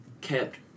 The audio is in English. kept